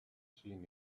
seen